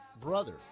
brother